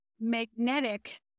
magnetic